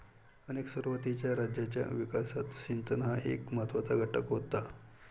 अनेक सुरुवातीच्या राज्यांच्या विकासात सिंचन हा एक महत्त्वाचा घटक होता